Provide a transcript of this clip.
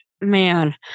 man